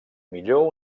millor